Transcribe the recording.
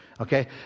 Okay